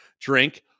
drink